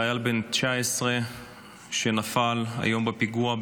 חייל בן 19 שנפל היום בפיגוע בכרמיאל,